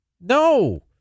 No